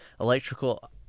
electrical